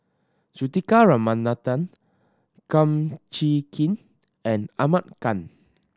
Juthika Ramanathan Kum Chee Kin and Ahmad Khan